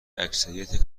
اکثریت